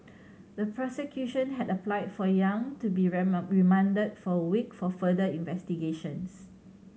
the prosecution had applied for Yang to be remanded for a week for further investigations